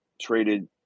traded